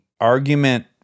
argument